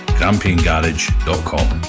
grampiangarage.com